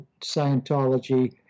Scientology